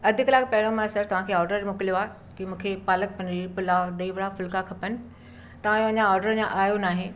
अधु कलाकु पहिरों मां सर तव्हांखे ऑडर मोकिलियो आहे की मूंखे पालक पनीर पुलाव दही वड़ा फुल्का खपनि तव्हां जो अञां ऑडर अञां आयो नाहे